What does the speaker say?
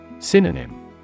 SYNONYM